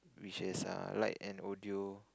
which has uh light and audio